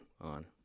on